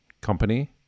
company